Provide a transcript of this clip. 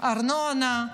ארנונה,